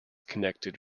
connected